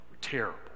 terrible